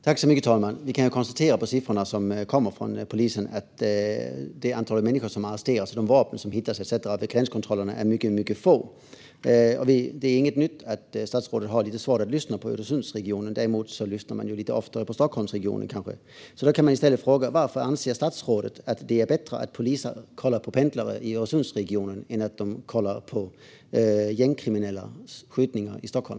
Fru talman! Vi kan av siffrorna som kommer från polisen konstatera att antalet människor som arresteras och vapen etcetera som hittas vid gränskontrollerna är mycket litet. Det är inget nytt att statsrådet har lite svårt att lyssna på Öresundsregionen. Däremot lyssnar han kanske lite oftare på Stockholmsregionen. Då kan man i stället fråga: Varför anser statsrådet att det är bättre att poliser kollar på pendlare i Öresundsregionen än att de kollar på gängkriminellas skjutningar i Stockholm?